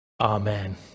Amen